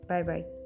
Bye-bye